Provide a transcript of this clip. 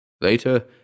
Later